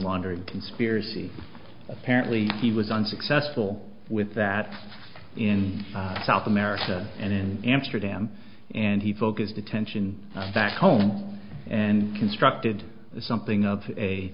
laundering conspiracy apparently he was unsuccessful with that in south america and in amsterdam and he focused attention back home and constructed something of a